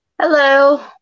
hello